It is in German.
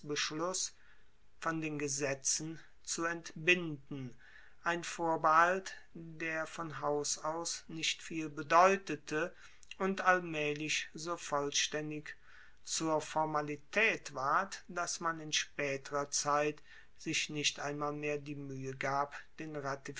von den gesetzen zu entbinden ein vorbehalt der von haus aus nicht viel bedeutete und allmaehlich so vollstaendig zur formalitaet ward dass man in spaeterer zeit sich nicht einmal mehr die muehe gab den